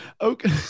Okay